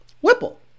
Whipple